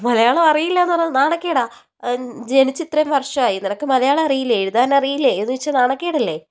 മലയാളം അറിയില്ലായെന്നു പറഞ്ഞാൽ നാണക്കേടാണ് ജനിച്ച് ഇത്രയും വർഷമായി നിനക്ക് മലയാളം അറിയില്ലേ എഴുതാനറിയില്ലേ എന്നു ചോദിച്ചാൽ നാണക്കേടല്ലേ